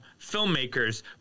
filmmakers